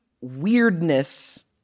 weirdness